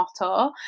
motto